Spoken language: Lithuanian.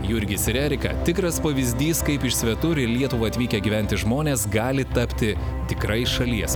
jurgis ir erika tikras pavyzdys kaip iš svetur į lietuvą atvykę gyventi žmonės gali tapti tikrais šalies